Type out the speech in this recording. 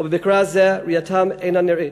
או במקרה כזה ראייתם אינה נראית,